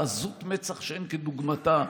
בעזות מצח שאין כדוגמתה,